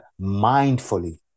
mindfully